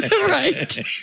right